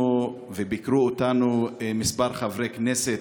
ביקרו אותנו כמה חברי כנסת,